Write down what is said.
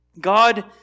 God